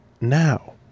now